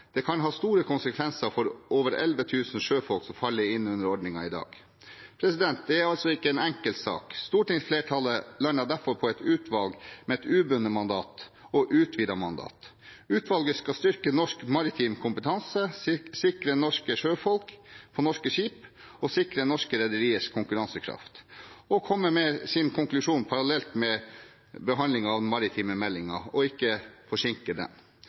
Det kan ha store konsekvenser for over 11 000 sjøfolk som faller inn under ordningen i dag. Det er altså ikke en enkel sak. Stortingsflertallet landet derfor på et utvalg med et ubundet og utvidet mandat. Utvalget skal styrke norsk maritim kompetanse, sikre norske sjøfolk på norske skip, sikre norske rederiers konkurransekraft og komme med sin konklusjon parallelt med behandlingen av den maritime meldingen og slik ikke forsinke den.